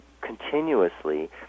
continuously